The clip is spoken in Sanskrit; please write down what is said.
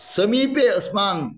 समीपे अस्मान्